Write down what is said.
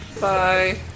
Bye